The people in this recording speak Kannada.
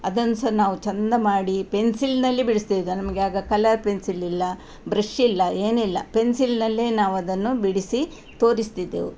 ಅದನ್ನು ಸಹ ನಾವು ಚೆಂದ ಮಾಡಿ ಪೆನ್ಸಿಲ್ನಲ್ಲಿ ಬಿಡಿಸ್ತಿದ್ದು ನಮಗೆ ಆಗ ಕಲರ್ ಪೆನ್ಸಿಲ್ ಇಲ್ಲ ಬ್ರಷ್ ಇಲ್ಲ ಏನಿಲ್ಲ ಪೆನ್ಸಿಲ್ನಲ್ಲೇ ನಾವು ಅದನ್ನು ಬಿಡಿಸಿ ತೋರಿಸ್ತಿದ್ದೆವು